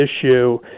issue